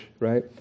right